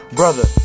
brother